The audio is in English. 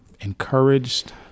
encouraged